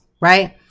right